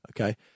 okay